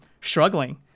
struggling